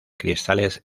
cristales